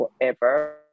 forever